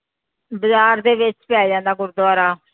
ਬਾਜ਼ਾਰ ਦੇ ਵਿੱਚ ਪੈ ਜਾਂਦਾ ਗੁਰਦੁਆਰਾ